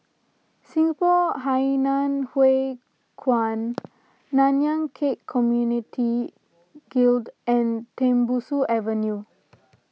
Singapore Hainan Hwee Kuan Nanyang Khek Community Guild and Tembusu Avenue